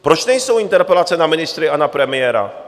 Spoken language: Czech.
Proč nejsou interpelace na ministry a na premiéra?